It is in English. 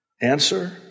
Answer